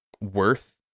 worth